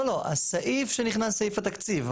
לא, הסעיף שנכנס, סעיף התקציב.